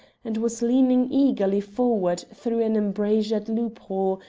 and was leaning eagerly forward through an embrazured loophole,